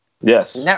yes